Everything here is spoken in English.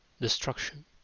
Destruction